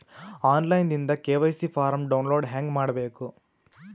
On line ದಿಂದ KYC form download ಹೇಂಗ ಮಾಡಬೇಕು?